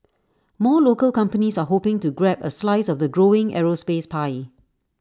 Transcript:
more local companies are hoping to grab A slice of the growing aerospace pie